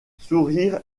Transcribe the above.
sourire